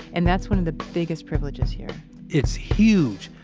and that's one of the biggest privileges here it's huge!